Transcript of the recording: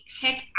pick